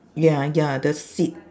ya ya the seat